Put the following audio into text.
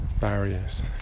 barriers